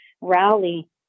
rally